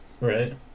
Right